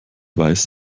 weiß